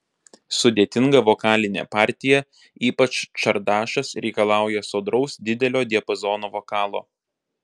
sudėtinga vokalinė partija ypač čardašas reikalauja sodraus didelio diapazono vokalo